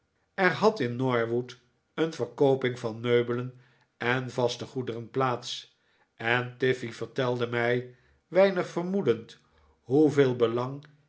er had in norwood een verkooping van meubelen en vaste goederen plaats en tiffey vertelde mij weinig vermoedend hoeveel belang